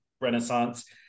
Renaissance